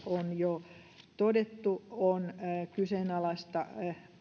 on jo todettu on kyseenalaista